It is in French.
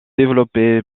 développé